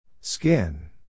Skin